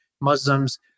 Muslims